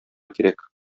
кирәк